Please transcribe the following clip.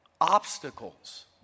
obstacles